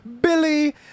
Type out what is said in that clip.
billy